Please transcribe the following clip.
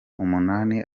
umunani